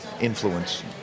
influence